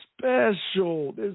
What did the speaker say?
special